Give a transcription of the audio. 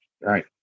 Right